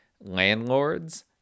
Landlords